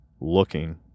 looking